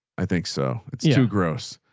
i think so it's too gross.